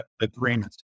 agreement